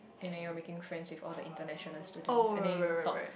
and then you're making friends with all the international students and then you talk